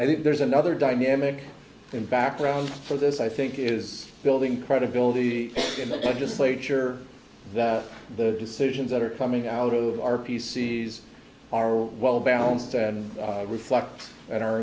i think there's another dynamic in background for this i think is building credibility in the legislature that the decisions that are coming out of our pc's are well balanced and reflect in our